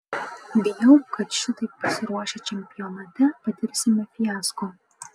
bijau kad šitaip pasiruošę čempionate patirsime fiasko